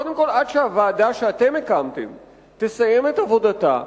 קודם כול עד שהוועדה שאתם הקמתם תסיים את עבודתה,